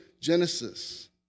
Genesis